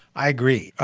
i agree.